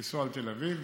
לנסוע לתל אביב,